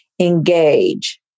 engage